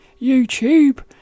YouTube